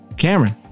Cameron